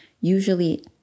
usually